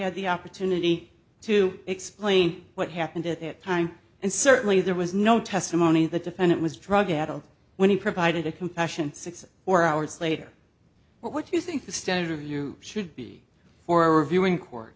ad the opportunity to explain what happened at that time and certainly there was no testimony the defendant was drug addled when he provided a compassion six four hours later what do you think the standard review should be for reviewing court